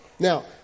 Now